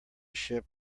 ship